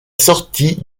sortie